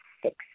six